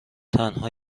تنها